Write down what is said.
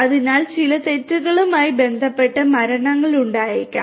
അതിനാൽ ചില തെറ്റുകളുമായി ബന്ധപ്പെട്ട മരണങ്ങൾ ഉണ്ടായേക്കാം